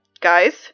guys